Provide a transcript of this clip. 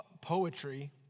poetry